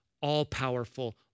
all-powerful